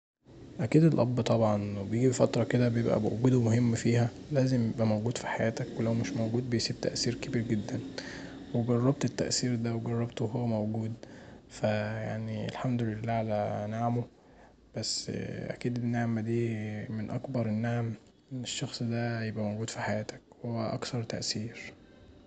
أكيد الأب طبعا، وبيجي فتره كدا بيبقي وجوده مهم فيها لازم يبقي موجود في حياتك ولو مش موجود بيسيب تأثير كبير جدا، وجربت التأثير دا وجربت وهو موجود، فالحمدلله علي نعمه بس اكيد النعمه دي من اكبر النعم ان الشخص دا يبقي موجود في حياتك هو اكثر تأثير.